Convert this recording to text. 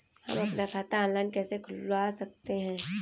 हम अपना खाता ऑनलाइन कैसे खुलवा सकते हैं?